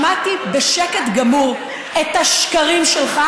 שמעתי בשקט גמור את השקרים שלך.